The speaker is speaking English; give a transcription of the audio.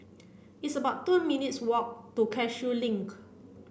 it's about two minutes' walk to Cashew Link